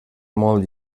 molt